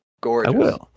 Gorgeous